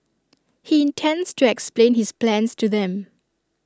he intends to explain his plans to them